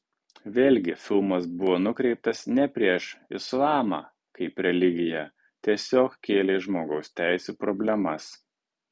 vėlgi filmas buvo nukreiptas ne prieš islamą kaip religiją tiesiog kėlė žmogaus teisių problemas